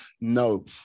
no